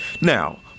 Now